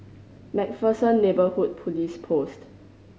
Macpherson Neighbourhood Police Post